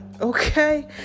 okay